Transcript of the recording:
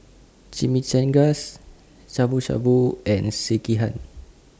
Chimichangas Shabu Shabu and Sekihan